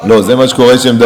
ברק, מה יצא מזה?